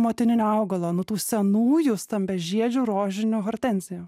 motininio augalo nuo tų senųjų stambiažiedžių rožinių hortenzijų